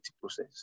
process